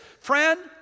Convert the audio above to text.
Friend